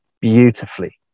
beautifully